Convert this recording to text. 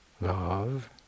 love